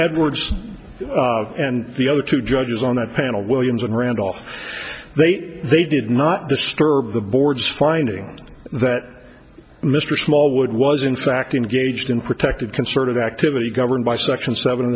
edwards and the other two judges on that panel williams and randolph they they did not disturb the board's finding that mr smallwood was in fact engaged in protected concerted activity governed by section seven